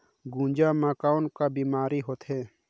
गुनजा मा कौन का बीमारी होथे?